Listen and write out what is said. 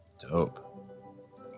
Dope